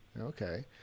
Okay